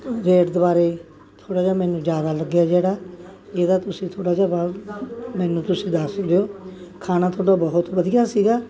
rate ਦੁਬਾਰੇ ਥੋੜ੍ਹਾ ਜਿਹਾ ਮੈਨੂੰ ਜ਼ਿਆਦਾ ਲੱਗਿਆ ਇਹਦਾ ਜਿਹਦਾ ਤੁਸੀਂ ਥੋੜ੍ਹਾ ਜਿਹਾ ਮੈਨੂੰ ਤੁਸੀਂ ਦੱਸ ਦਿਓ ਖਾਣਾ ਤੁਹਾਡਾ ਬਹੁਤ ਵਧੀਆ ਸੀਗਾ